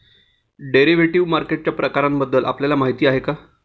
Derivative मार्केटच्या प्रकारांबद्दल आपल्याला माहिती आहे का?